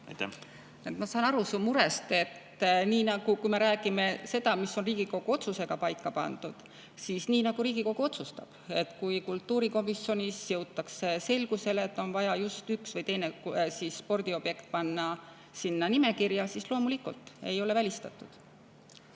Ma saan aru su murest. Kui me räägime sellest, mis on Riigikogu otsusega paika pandud, siis on nii, nagu Riigikogu otsustab. Kui kultuurikomisjonis jõutakse selgusele, et on vaja just üks või teine spordiobjekt panna sinna nimekirja, siis loomulikult ei ole välistatud.